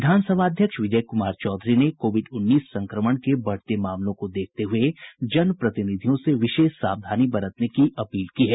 विधानसभा अध्यक्ष विजय कुमार चौधरी ने कोविड उन्नीस संक्रमण के बढ़ते मामलों को देखते हुए जन प्रतिनिधियों से विशेष सावधानी बरतने की अपील की है